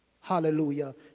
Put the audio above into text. hallelujah